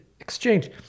exchange